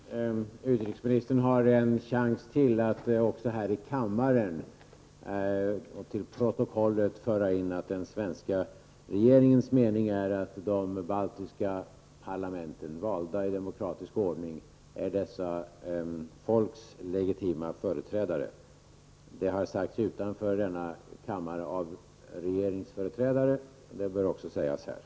Herr talman! Utrikesministern har ytterligare en chans att även här i kammaren och till protokollet säga att den svenska regeringens mening är att de baltiska parlamenten, valda i demokratisk ordning, är de baltiska folkens legitima företrädare. Det har sagts utanför denna kammare av regeringsföreträdare, men det bör sägas även här.